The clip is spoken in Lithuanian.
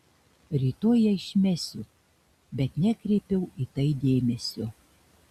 rytoj ją išmesiu bet nekreipiau į tai dėmesio